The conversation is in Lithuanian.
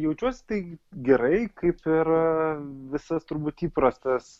jaučiuos tai gerai kaip ir visas turbūt įprastas